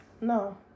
No